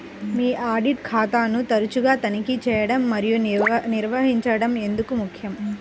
మీ audit ఖాతాను తరచుగా తనిఖీ చేయడం మరియు నిర్వహించడం ఎందుకు ముఖ్యం?